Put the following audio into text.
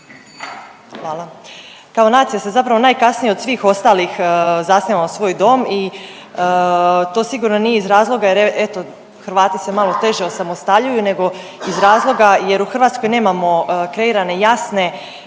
hvala, kao nacija se zapravo najkasnije od svih ostalih zasnivamo svoj dom i to sigurno nije iz razloga jer eto Hrvati se malo teže osamostaljuju nego iz razloga jer u Hrvatskoj nemamo kreirane jasne